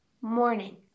morning